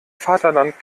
vaterland